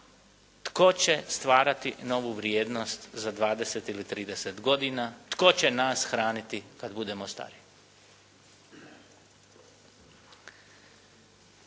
tko će stvarati novu vrijednost za 20 ili 30 godina? Tko će nas hraniti kad budemo stari?